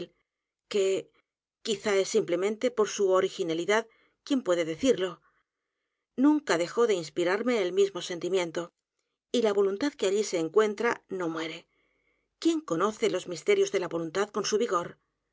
recuerdo bien algo de un volumen de joseph glanvill que quizá es simplemente por su originalidad quién puede decirlo nunca dejó de inspirarme el mismo sentimiento y la voluntad que allí se encuentra no muere quién conoce los misterios de la voluntad con su vigor